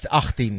18